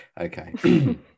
Okay